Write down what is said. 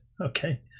Okay